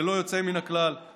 ללא יוצא מן הכלל,